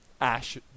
Ash